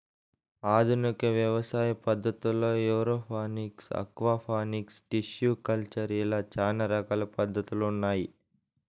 ఆధునిక వ్యవసాయ పద్ధతుల్లో ఏరోఫోనిక్స్, ఆక్వాపోనిక్స్, టిష్యు కల్చర్ ఇలా చానా రకాల పద్ధతులు ఉన్నాయి